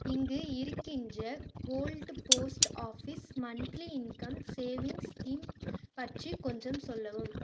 இங்கே இருக்கின்ற gold post office monthly income savings scheme பற்றிக் கொஞ்சம் சொல்லவும்